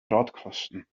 radkasten